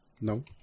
No